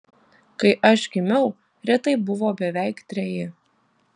kai aš gimiau ritai buvo beveik treji